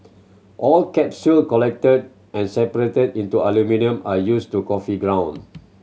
all capsule collected are separated into aluminium and used to coffee ground